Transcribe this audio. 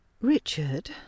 Richard